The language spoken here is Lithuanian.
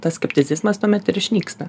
tas skepticizmas tuomet ir išnyksta